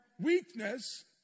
weakness